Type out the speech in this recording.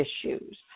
issues